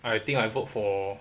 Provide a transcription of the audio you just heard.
I think I vote for